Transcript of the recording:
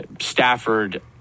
Stafford